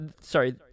sorry